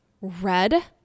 red